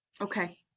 Okay